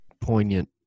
poignant